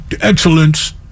excellence